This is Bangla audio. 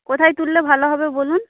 কোথায় তুললে ভালো হবে বলুন